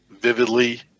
vividly